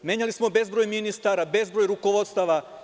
Menjali smo bezbroj ministar, bezbroj rukovodstava.